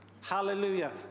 Hallelujah